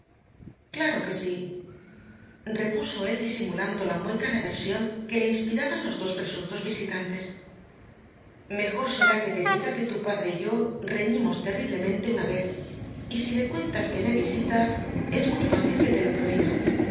claro que sí repuso él disimulando la mueca de aversión que le inspiraban los dos presuntos visitantes mejor será que te diga que tu padre y yo reñimos terriblemente una vez y si le cuentas que me visitas es muy fácil que te lo prohíba